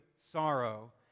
sorrow